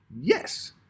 yes